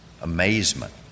amazement